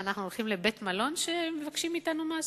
אנחנו הולכים לבית-מלון שמבקשים מאתנו מס?